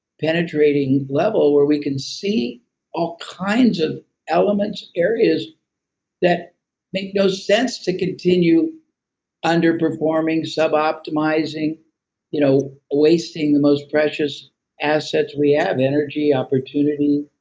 penetrating level where we can see all kinds of elements, areas that make no sense to continue underperforming, suboptimizing you know wasting the most precious assets we have. energy, opportunity,